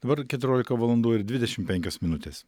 dabar keturiolika valandų ir dvidešimt penkios minutės